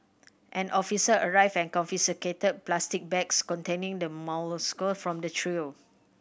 an officer arrived and confiscated plastic bags containing the molluscs from the trio